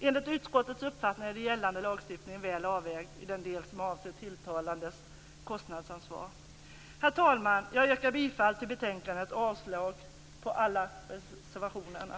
Enligt utskottets uppfattning är den gällande lagstiftningen väl avvägd i den del som avser den tilltalades kostnadsansvar. Herr talman! Jag yrkar bifall till utskottets hemställan och avslag på alla reservationer.